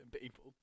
people